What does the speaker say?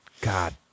God